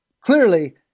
clearly